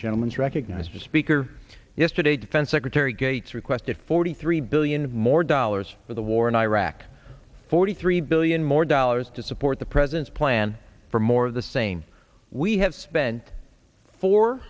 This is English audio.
gentleman is recognized as speaker yesterday defense secretary gates requested forty three billion more dollars for the war in iraq forty three billion more dollars to support the president's plan for more of the same we have spent four